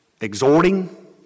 exhorting